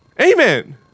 Amen